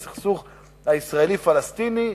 לסכסוך הישראלי-הפלסטיני,